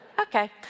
Okay